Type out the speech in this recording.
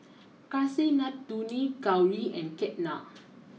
Kasinadhuni Gauri and Ketna